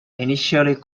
initially